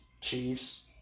Chiefs